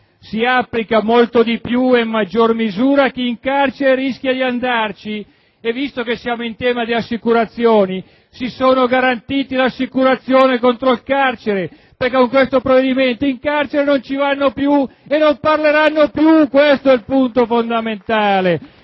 Si applica molto di più e in maggior misura a chi in carcere rischia di andarci e, visto che siamo in tema di assicurazioni, si sono garantiti l'assicurazione contro il carcere, perché con questo provvedimento in carcere non ci vanno più e non parleranno più. Questo è il punto fondamentale.